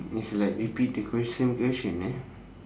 is like repeat the question question uh